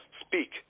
speak